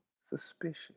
suspicious